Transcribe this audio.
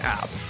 app